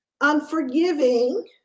unforgiving